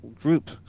group